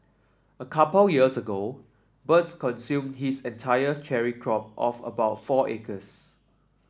a couple years ago birds consumed his entire cherry crop of about four acres